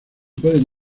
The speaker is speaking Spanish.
pueden